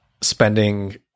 spending